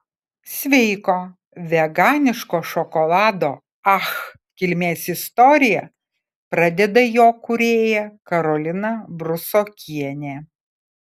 sveiko veganiško šokolado ach kilmės istoriją pradeda jo kūrėja karolina brusokienė